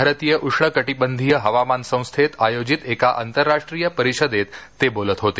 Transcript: भारतीय उष्णकटिबंधीय हवामान संस्थेत आयोजित एका आंतरराष्ट्रीय परिषदेत ते बोलत होते